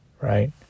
Right